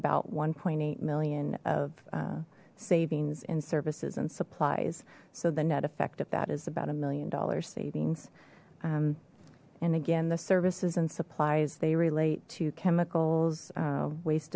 about one eight million of savings in services and supplies so the net effect of that is about a million dollar savings and again the services and supplies they relate to chemicals waste